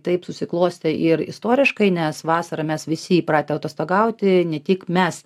taip susiklostė ir istoriškai nes vasarą mes visi įpratę atostogauti ne tik mes